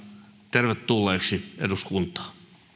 tervetulleiksi eduskuntaan